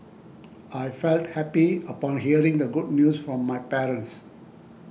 I felt happy upon hearing the good news from my parents